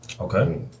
Okay